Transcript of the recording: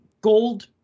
gold